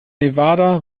nevada